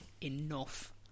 enough